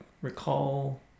recall